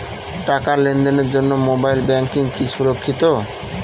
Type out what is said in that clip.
টাকা লেনদেনের জন্য মোবাইল ব্যাঙ্কিং কি সুরক্ষিত?